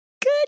good